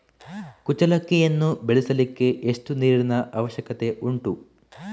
ಕುಚ್ಚಲಕ್ಕಿಯನ್ನು ಬೆಳೆಸಲಿಕ್ಕೆ ಎಷ್ಟು ನೀರಿನ ಅವಶ್ಯಕತೆ ಉಂಟು?